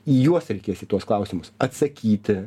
į juos reikės į tuos klausimus atsakyti